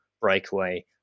breakaway